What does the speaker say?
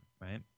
right